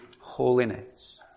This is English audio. holiness